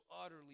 utterly